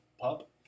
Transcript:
pup